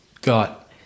got